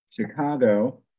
Chicago